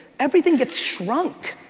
everything gets shrunk.